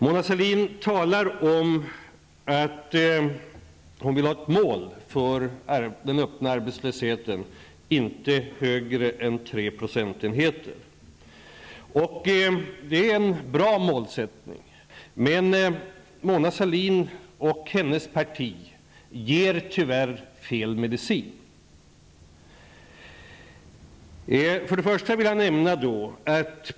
Mona Sahlin talar om att hon vill ha som mål att den öppna arbetslösheten inte skall vara högre än 3 procentenheter. Det är en bra målsättning. Men Mona Sahlin och hennes parti ger tyvärr fel medicin.